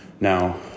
Now